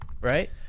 right